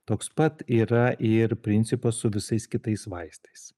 toks pat yra ir principas su visais kitais vaistais